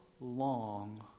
long